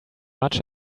much